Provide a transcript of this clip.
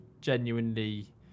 genuinely